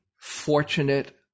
Fortunate